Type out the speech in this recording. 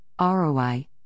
ROI